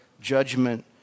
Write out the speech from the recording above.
judgment